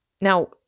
Now